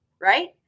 right